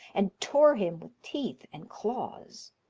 and tore him with teeth and claws.